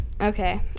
okay